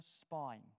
spine